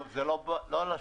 זה לא על השולחן.